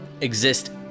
exist